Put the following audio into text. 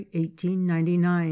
1899